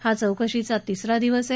हा चौकशीचा तिसरा दिवस आहे